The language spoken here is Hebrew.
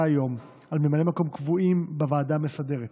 היום על ממלאי מקום קבועים בוועדה המסדרת: